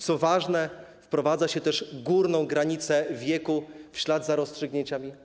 Co ważne, wprowadza się też górną granicę wieku w ślad za rozstrzygnięciami.